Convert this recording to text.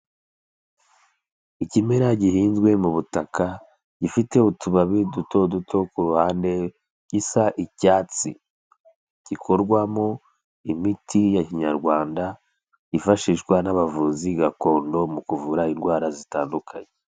Ikimera gihinzwe mu butaka gifite utubabi duto duto ku ruhande gisa icyatsi, gikorwamo imiti ya kinyarwanda yifashishwa n'abavuzi gakondo mu kuvura indwara zitandukanye.